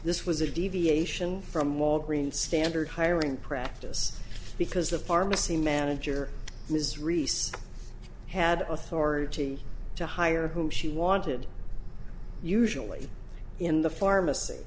this was a deviation from walgreens standard hiring practice because the pharmacy manager is reese had authority to hire whom she wanted usually in the pharmacy